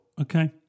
okay